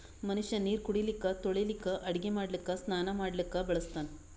ಮನಷ್ಯಾ ನೀರು ಕುಡಿಲಿಕ್ಕ ತೊಳಿಲಿಕ್ಕ ಅಡಗಿ ಮಾಡ್ಲಕ್ಕ ಸ್ನಾನಾ ಮಾಡ್ಲಕ್ಕ ಬಳಸ್ತಾನ್